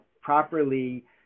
properly